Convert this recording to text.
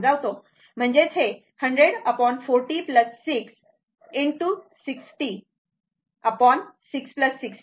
म्हणजेच हे 100 40 6 ✕ 606 60